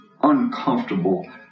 uncomfortable